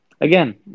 Again